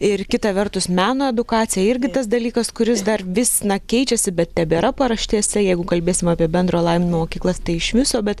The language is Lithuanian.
ir kita vertus meno edukacija irgi tas dalykas kuris dar vis na keičiasi bet tebėra paraštėse jeigu kalbėsim apie bendro lavinimo mokyklas tai iš viso bet